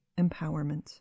empowerment